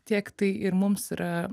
tiek tai ir mums yra